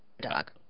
dog